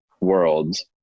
worlds